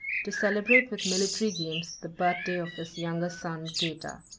to celebrate, with military games, the birthday of his younger son, geta.